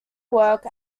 work